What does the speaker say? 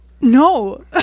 no